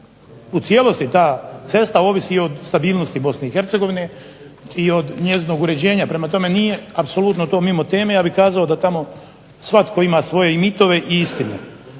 u cijelosti ta cesta ovisi o stabilnosti BiH i njezinog uređenja. Prema tome, nije apsolutno mimo teme ja bih kazao da tamo ima svatko svoje mitove i istine.